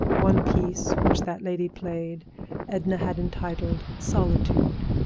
one piece which that lady played edna had entitled solitude.